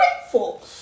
grateful